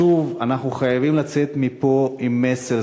אנחנו חייבים לצאת מפה עם מסר.